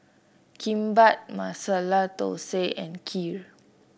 Kimbap Masala Dosa and Kheer